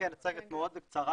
מצגת מאוד קצרה,